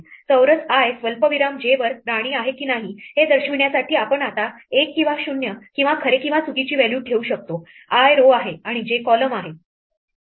चौरस i स्वल्पविराम j वर राणी आहे की नाही हे दर्शविण्यासाठी आपण आता 1 किंवा 0 किंवा खरे किंवा चुकीची व्हॅल्यू ठेवू शकतो i row आहे j column आहे